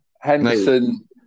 Henderson